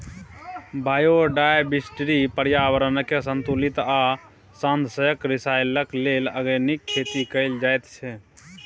biodiversity, प्रर्याबरणकेँ संतुलित आ साधंशक रिसाइकल लेल आर्गेनिक खेती कएल जाइत छै